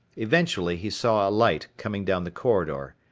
eventually he saw a light coming down the corridor.